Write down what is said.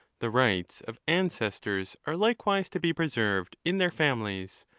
the rights of ancestors are likewise to be preserved in their fitmilies,